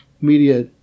media